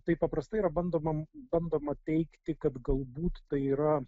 taip paprastai yra bandoma bandoma teigti kad galbūt tai yra